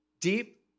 deep